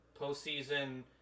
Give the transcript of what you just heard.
postseason